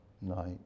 night